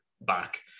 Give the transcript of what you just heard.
back